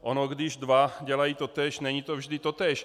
Ono když dva dělají totéž, není to vždy totéž.